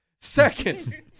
Second